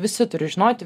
visi turi žinoti